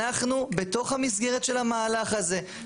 אנחנו בתוך המסגרת של המהלך הזה,